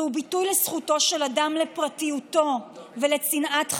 זהו ביטוי לזכותו של אדם לפרטיותו ולצנעת חייו,